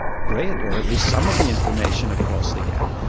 great, or at least some of the information across the gap.